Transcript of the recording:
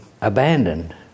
abandoned